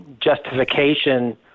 justification